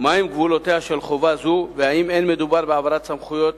מהם גבולותיה של חובה זו ואם אין מדובר בהעברת סמכויות